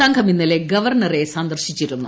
സംഘം ഇന്നലെ ഗവർണറെ സന്ദർശിച്ചിരുന്നു